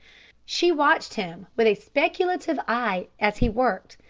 she watched him with a speculative eye as he worked,